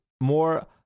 more